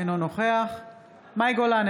אינו נוכח מאי גולן,